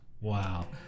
Wow